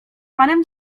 panem